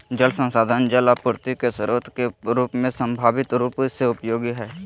जल संसाधन जल आपूर्ति के स्रोत के रूप में संभावित रूप से उपयोगी हइ